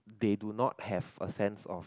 they do not have a sense of